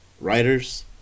writers